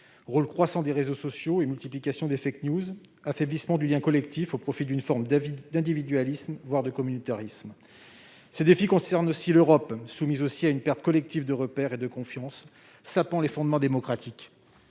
rôle croissant des réseaux sociaux et multiplication des, affaiblissement du lien collectif au profit d'une forme d'individualisme, voire de communautarisme. Ces défis concernent également l'Europe, qui subit, elle aussi, une perte collective de repères et de confiance, sapant les fondements démocratiques.